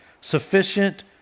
Sufficient